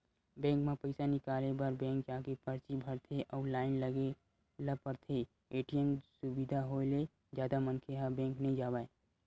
bank म पइसा निकाले बर बेंक जाके परची भरथे अउ लाइन लगे ल परथे, ए.टी.एम सुबिधा होय ले जादा मनखे ह बेंक नइ जावय